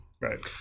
right